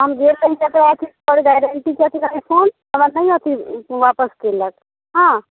हम गेल रही तकर बाद गैरेन्टी रहै फोन हमरा नहि अथी आपस कयलक हँ